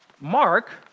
Mark